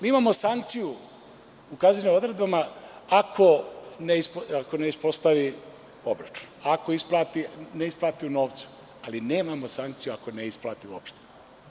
Mi imamo sankciju u kaznenim odredbama ako ne ispostavi obračun, ako ne isplati u novcu, ali nemamo sankciju akone isplati uopšte.